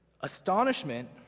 astonishment